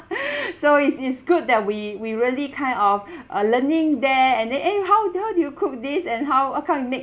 so it's it's good that we we really kind of uh learning there and then eh how do how do you cook this and how how come you make